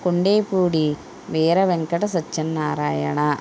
Kondepudi Veeravenkatasatyanarayana